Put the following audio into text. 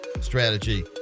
strategy